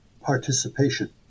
participation